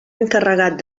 encarregat